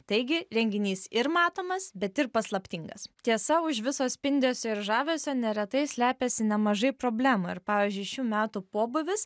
taigi renginys ir matomas bet ir paslaptingas tiesa už viso spindesio ir žavesio neretai slepiasi nemažai problemų ir pavyzdžiui šių metų pobūvis